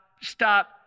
stop